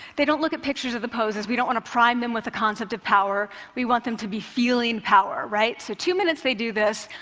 they don't look at pictures of the poses. we don't want to prime them with a concept of power. we want them to be feeling power. so two minutes they do this.